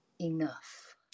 enough